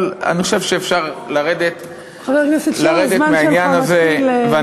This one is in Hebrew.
אני חושב שאפשר לרדת מהעניין הזה.